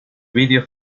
vídeo